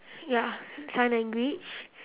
ya sign language